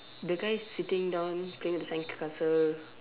the guy is sitting down playing at the sandcastle